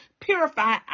purify